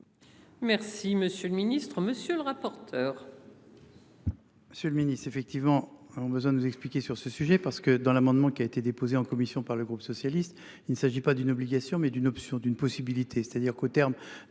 Merci monsieur le ministre, monsieur le rapporteur.